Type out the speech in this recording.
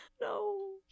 No